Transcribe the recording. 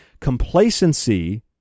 Complacency